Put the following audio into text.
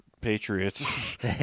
patriots